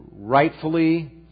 rightfully